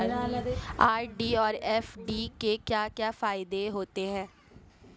RD और FD के क्या क्या फायदे होते हैं?